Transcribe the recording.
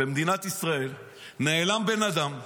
במדינת ישראל נעלם בן אדם ב-04:00,